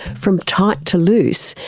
from tight to loose,